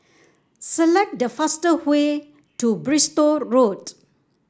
select the fast way to Bristol Road